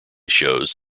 shows